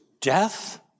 death